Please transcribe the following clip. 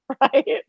right